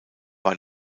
war